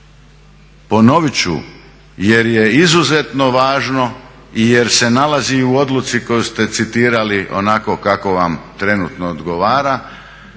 ponovit ću, jer je izuzetno važno i jer se nalazi i u odluci koju ste citirali onako kako vam trenutno odgovara